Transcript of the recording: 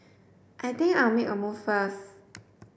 I think I'll make a move first